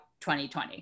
2020